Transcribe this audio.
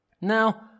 Now